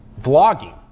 vlogging